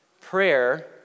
prayer